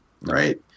right